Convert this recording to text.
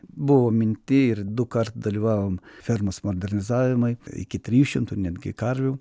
buvo minty ir dukart dalyvavom fermos modernizavimai iki trijų šimtų netgi karvių